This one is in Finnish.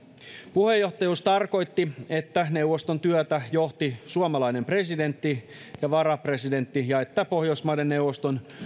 puheenjohtajuus tarkoitti että neuvoston työtä johtivat suomalainen presidentti ja varapresidentti ja että pohjoismaiden neuvoston